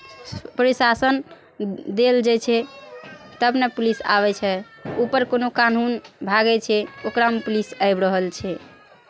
प्रशासन देल जाइ छै तब ने पुलिस आबै छै ऊपर कोनो कानून भागै छै ओकरामे पुलिस आबि रहल छै